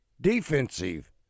defensive